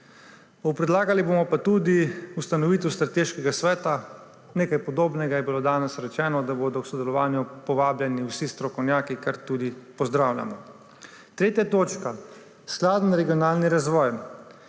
Predlagali bomo tudi ustanovitev strateškega sveta. Nekaj podobnega je bilo danes rečeno – da bodo k sodelovanju povabljeni vsi strokovnjaki, kar tudi pozdravljamo. Tretja točka – skladen regionalen razvoj.